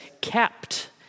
kept